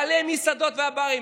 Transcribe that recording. בעלי המסעדות והברים.